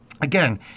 Again